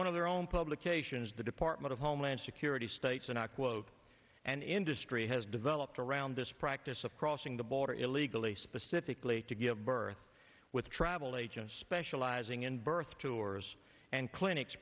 one of their own publications the department of homeland security states and i quote and industry has developed around this practice of crossing the border illegally specifically to give birth with travel agents specializing in birth to or and clinics